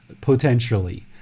potentially